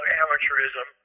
amateurism